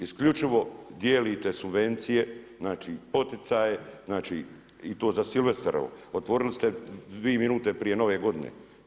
Isključivo dijelite subvencije, znači poticaje, znači i to za silvesterovo, otvorili ste 2 minute prije nove godine.